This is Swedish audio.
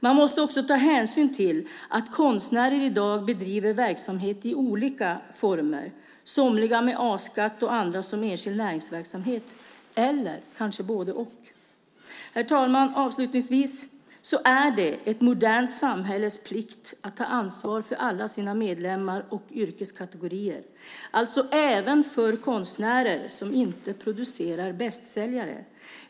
Man måste också ta hänsyn till att konstnärer i dag bedriver verksamhet i olika former, somliga med A-skatt och andra som enskild näringsverksamhet eller kanske både och. Herr talman! Avslutningsvis är det ett modernt samhälles plikt att ta ansvar för alla sina medlemmar och yrkeskategorier, alltså även för konstnärer som inte producerar bästsäljare.